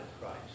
Christ